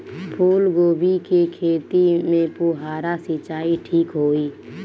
फूल गोभी के खेती में फुहारा सिंचाई ठीक होई?